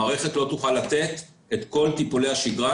המערכת לא תוכל לתת את כל טיפולי השגרה